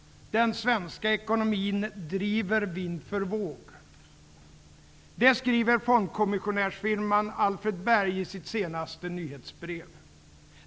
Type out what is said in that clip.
Den svenska ekonomin driver vind för våg. Det skriver fondkommissionärsfirman Alfred Berg i sitt senaste nyhetsbrev.